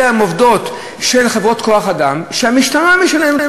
אלא הן עובדות של חברות כוח-אדם שהמשטרה משלמת